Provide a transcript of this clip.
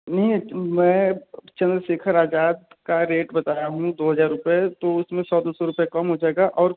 सुनिए मैं चंदशेखर आज़ाद का रेट बताया हूँ दो हज़ार रुपये तो उसमें सौ दो सौ रुपये कम हो जाएगा और